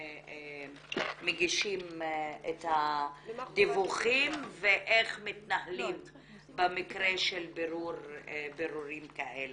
מגישים את הדיווחים ואיך מתנהלים במקרה של בירורים כאלה.